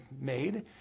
made